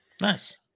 Nice